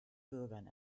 bürgern